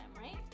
right